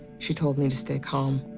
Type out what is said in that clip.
she told me to stay calm.